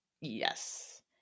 Yes